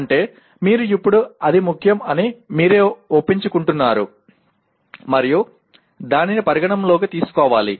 అంటే మీరు ఇప్పుడు అది ముఖ్యం అని మీరే ఒప్పించుకుంటున్నారు మరియు దానిని పరిగణనలోకి తీసుకోవాలి